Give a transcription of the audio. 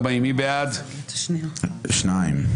הצבעה לא אושרה.